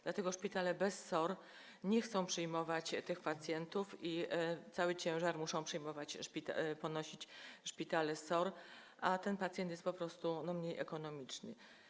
Dlatego szpitale bez SOR nie chcą przyjmować tych pacjentów i cały ciężar muszą przejmować szpitale z SOR, a ten pacjent jest po prostu mniej ekonomiczny.